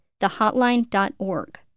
thehotline.org